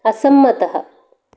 असम्मतः